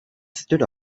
stood